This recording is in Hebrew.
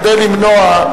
כדי למנוע,